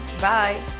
bye